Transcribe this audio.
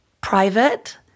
private